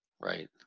right